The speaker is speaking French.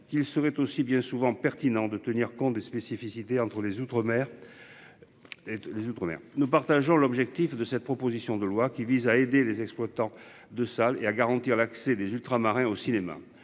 qu'il serait aussi bien souvent pertinent de tenir compte des spécificités entre les outre-mers. Les outre-mer nous partageons l'objectif de cette proposition de loi qui vise à aider les exploitants de salles et à garantir l'accès des ultramarins au cinéma.